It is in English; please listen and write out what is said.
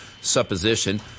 supposition